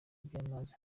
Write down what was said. by’amazi